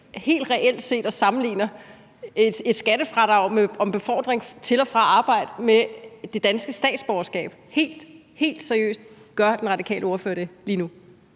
helt reelt set og sammenligner et skattefradrag for befordring til og fra arbejde med det danske statsborgerskab? Gør den radikale ordfører helt